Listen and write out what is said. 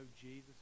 Jesus